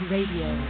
Radio